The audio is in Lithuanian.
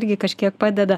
irgi kažkiek padeda